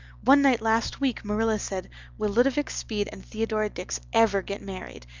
one night last week marilla said will ludovic speed and theodora dix ever get married?